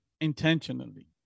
intentionally